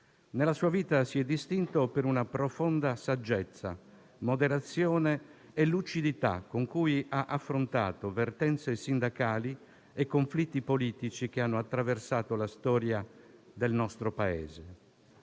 nella sua vita si è distinto per profonda saggezza, moderazione e lucidità con cui ha affrontato vertenze sindacali e conflitti politici che hanno attraversato la storia del nostro Paese.